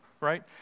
right